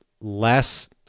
less